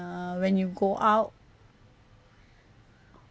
uh when you go out